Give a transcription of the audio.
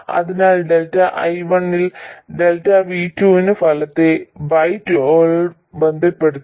അതിനാൽ ΔI1 ൽ ΔV2 ന്റെ ഫലത്തെ y12 ബന്ധപ്പെടുത്തുന്നു